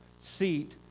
seat